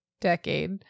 decade